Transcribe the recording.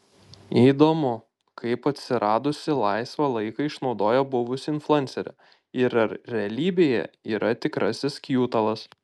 įdomu kaip atsiradusį laisvą laiką išnaudoja buvusi influencerė ir ar realybė yra tikrasis kjutalas